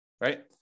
right